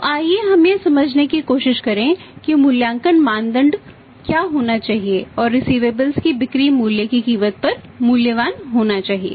तो आइए हम यह समझने की कोशिश करें कि मूल्यांकन मानदंड क्या होना चाहिए क्या रिसिवेबल्स को बिक्री मूल्य की कीमत पर मूल्यवान होना चाहिए